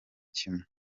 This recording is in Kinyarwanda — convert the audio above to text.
kimwe